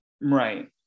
Right